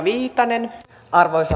arvoisa puhemies